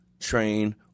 train